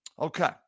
Okay